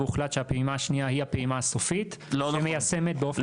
והוחלט שהפעימה השנייה היא הפעימה הסופית והיא מיושמת באופן מלא.